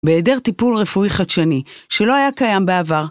בעדר טיפול רפואי חדשני שלא היה קיים בעבר.